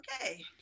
okay